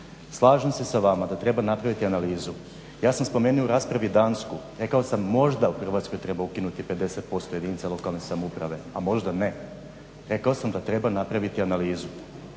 Slažem se sa vama da treba napraviti analizu. Ja sam spomenuo u raspravi Dansku, rekao sam možda u Hrvatskoj treba ukinuti 50% jedinica lokalne samouprave a možda ne. Rekao sam da treba napraviti analizu.